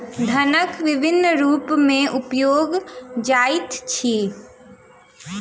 धनक विभिन्न रूप में उपयोग जाइत अछि